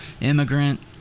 immigrant